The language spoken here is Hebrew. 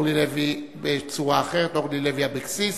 אורלי לוי בצורה אחרת, אורלי לוי אבקסיס,